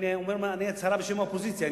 הנה הצהרה בשם האופוזיציה,